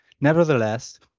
Nevertheless